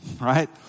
right